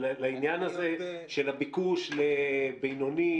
אבל לעניין הזה של הביקוש לבינוני,